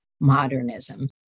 modernism